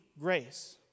grace